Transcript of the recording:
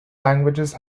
languages